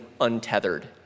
untethered